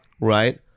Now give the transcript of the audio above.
Right